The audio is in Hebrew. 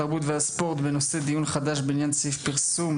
התרבות והספורט בנושא דיון מחדש בעניין סעיף "פרסום